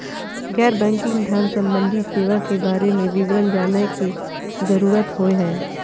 गैर बैंकिंग धान सम्बन्धी सेवा के बारे में विवरण जानय के जरुरत होय हय?